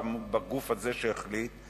בגוף הזה שהחליט.